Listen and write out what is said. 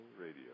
Radio